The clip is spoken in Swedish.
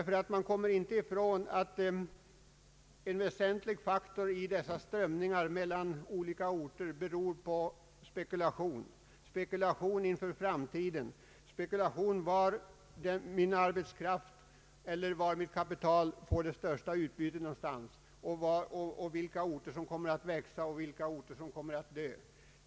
Man kommer nämligen inte ifrån att en väsentlig faktor i de strömningar som kan iakttas mellan olika orter beror på spekulation — spekulation inför framtiden, om var Ang. regionalpolitiken arbetskraften eller kapitalet får det största utbytet, vilka orter som kommer att växa och vilka orter som kommer att dö.